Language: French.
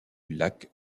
lac